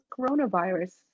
coronavirus